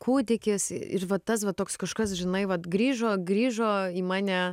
kūdikis ir va tas va toks kažkas žinai vat grįžo grįžo į mane